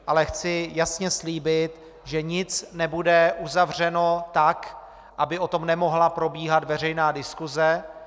Ale chci jasně slíbit, že nic nebude uzavřeno tak, aby o tom nemohla probíhat veřejná diskuse.